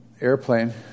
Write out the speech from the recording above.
airplane